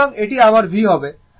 সুতরাং এটি আমার v হবে